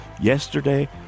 Yesterday